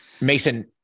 mason